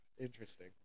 Interesting